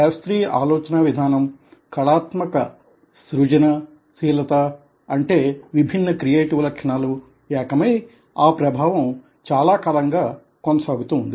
శాస్త్రీయ ఆలోచనా విధానం కళాత్మక స్రృజన శీలత అంటే విభిన్న క్రియేటివ్ లక్షణాలు ఏకమై ఆ ప్రభావం చాలా కాలంగా కొనసాగుతూ ఉంది